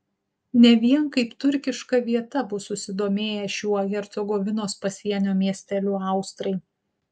ne vien kaip turkiška vieta bus susidomėję šiuo hercegovinos pasienio miesteliu austrai